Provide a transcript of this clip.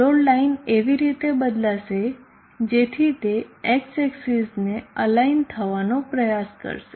load line એવી રીતે બદલાશે જેથી તે x એક્સીસ ને અલાઈન થવાનો પ્રયાસ કરશે